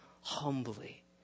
humbly